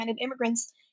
immigrants